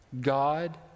God